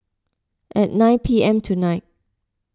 at nine P M tonight